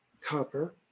copper